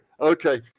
Okay